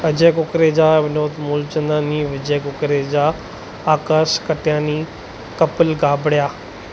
Ajay Kukreja Vinod Mulchandani Vijay Kukreja Akash Katiyani Kapil Gabaria